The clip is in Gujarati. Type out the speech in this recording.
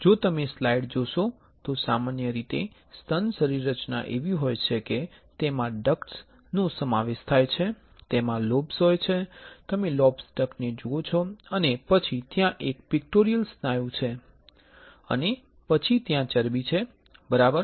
તેથી જો તમે સ્લાઈડ જોશો તો સામાન્ય રીતે સ્તન શરીરરચના એવી હોય છે કે તેમાં ડક્ટ્સ નો સમાવેશ થાય છે તેમાં લોબ્સ હોય છે તમે લોબ્સ ડક્ટને જુઓ છો અને પછી ત્યાં એક પિક્ટોરિયલ સ્નાયુ છે અને પછી ત્યાં ચરબી છે બરાબર